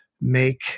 make